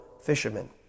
fishermen